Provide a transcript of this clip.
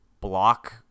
block